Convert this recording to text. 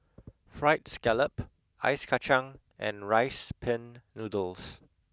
fried scallop ice kachang and rice pin noodles